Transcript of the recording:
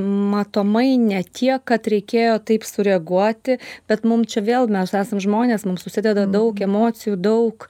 matomai ne tiek kad reikėjo taip sureaguoti bet mum čia vėl mes esam žmonės mums susideda daug emocijų daug